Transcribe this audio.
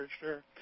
sure